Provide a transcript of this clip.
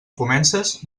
comences